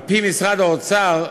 על-פי משרד האוצר,